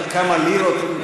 אבל כמה לירות,